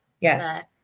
Yes